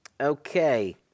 Okay